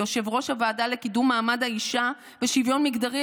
כיושב-ראש הוועדה לקידום מעמד האישה ולשוויון מגדרי,